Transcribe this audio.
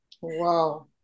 Wow